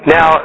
Now